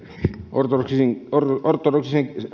ortodoksisen ortodoksisen